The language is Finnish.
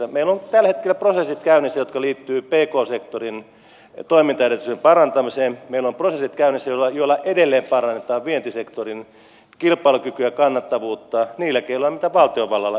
meillä on tällä hetkellä prosessit käynnissä jotka liittyvät pk sektorin toimintaedellytysten parantamiseen meillä on prosessit käynnissä joilla edelleen parannetaan vientisektorin kilpailukykyä ja kannattavuutta niillä keinoilla mitä valtiovallalla ylipäätään on